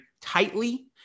tightly